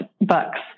books